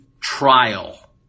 trial